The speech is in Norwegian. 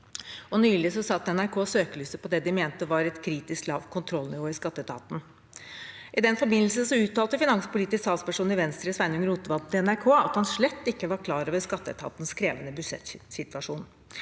Nylig satte NRK søkelyset på det de mente var et kritisk lavt kontrollnivå i skatteetaten. I den forbindelse uttalte finanspolitisk talsperson i Venstre, Sveinung Rotevatn, til NRK at han slett ikke var klar over skatteetatens krevende budsjettsituasjon,